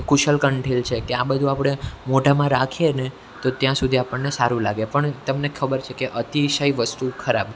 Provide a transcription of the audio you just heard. કુશલ કંઠીલ છે કે આ બધુ આપણે મોઢામાં રાખીએ ને તો ત્યાં સુધી આપણને સારું લાગે પણ તમને ખબર છે કે અતિશય વસ્તુ ખરાબ